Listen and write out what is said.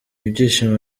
ibyishimo